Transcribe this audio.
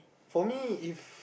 for me if